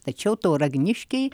tačiau tauragniškiai